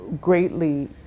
greatly